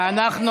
אנחנו